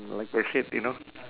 like I said you know